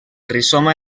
rizoma